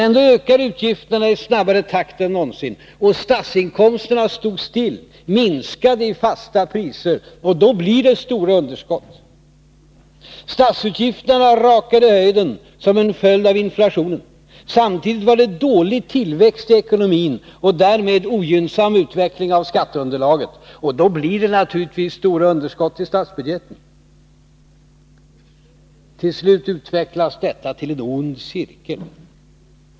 Ändå ökade utgifterna i snabbare takt än någonsin, och statsinkomsterna stod still, minskade i fasta priser. Då blir det stora underskott. Statsutgifterna rakade i höjden som en följd av inflationen. Samtidigt var det dålig tillväxt i ekonomin och därmed ogynnsam utveckling av skatteunderlaget. Då blir det naturligtvis stora underskott i statsbudgeten. Till slut utvecklas detta till en ond cirkel.